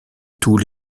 toul